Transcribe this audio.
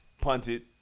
punted